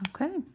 Okay